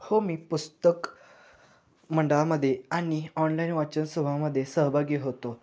हो मी पुस्तक मंडळामध्ये आणि ऑनलाईन वाचन सभामध्ये सहभागी होतो